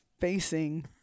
facing